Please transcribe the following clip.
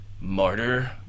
martyr